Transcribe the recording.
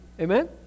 Amen